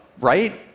right